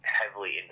heavily